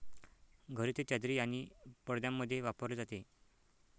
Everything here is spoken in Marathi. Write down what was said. घरी ते चादरी आणि पडद्यांमध्ये वापरले जाते